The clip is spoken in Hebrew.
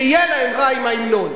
שיהיה להם רע עם ההמנון.